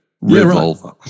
Revolver